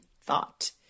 thought